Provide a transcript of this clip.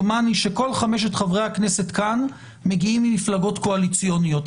דומני שכל חמשת חברי הכנסת כאן מגיעים ממפלגות קואליציוניות.